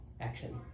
action